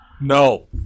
No